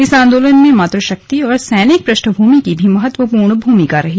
इस आन्दोलन में मातृशक्ति और सैनिक पृष्ठभूमि की भी महत्वपूर्ण भूमिका रही